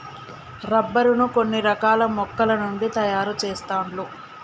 rubber ను కొన్ని రకాల మొక్కల నుండి తాయారు చెస్తాండ్లు